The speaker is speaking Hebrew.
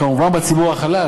כמובן בציבור החלש,